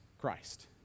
Christ